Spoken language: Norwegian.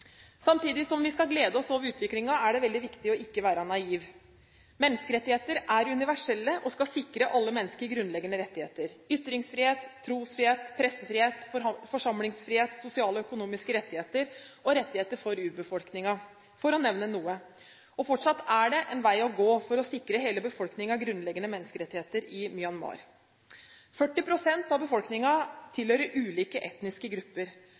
Samtidig som vi skal glede oss over utviklingen, er det veldig viktig ikke å være naiv. Menneskerettigheter er universelle og skal sikre alle mennesker grunnleggende rettigheter: ytringsfrihet, trosfrihet, pressefrihet, forsamlingsfrihet, sosiale og økonomiske rettigheter og rettigheter for urbefolkninger – for å nevne noe. Fortsatt er det en vei å gå for å sikre hele befolkningen i Myanmar grunnleggende menneskerettigheter. 40 pst. av befolkningen tilhører ulike etniske grupper.